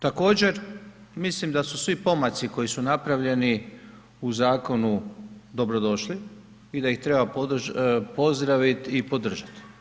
Također, mislim da su svi pomaci koji su napravljeni u zakonu dobrodošli i da ih treba pozdravit i podržati.